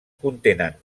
contenen